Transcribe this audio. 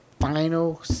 final